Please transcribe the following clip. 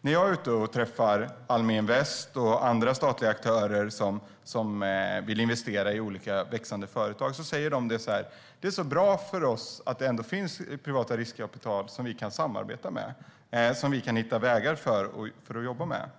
När jag träffar Almi Invest och andra statliga aktörer som vill investera i växande företag säger de att det är så bra för dem att det finns privata riskkapitalbolag som de kan hitta vägar till och samarbeta med.